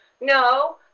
No